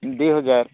ଦୁଇ ହଜାର